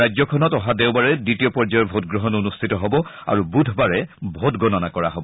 ৰাজ্যখনত অহা দেওবাৰে দ্বিতীয় পৰ্যায়ৰ ভোটগ্ৰহণ অনুষ্ঠিত হ'ব আৰু বুধবাৰে ভোটগণনা কৰা হ'ব